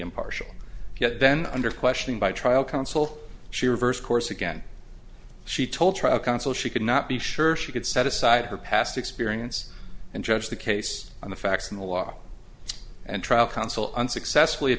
impartial yet then under questioning by trial counsel she reversed course again she told consul she could not be sure she could set aside her past experience and judge the case on the facts in the law and trial counsel unsuccessful